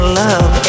love